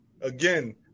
again